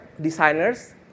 designers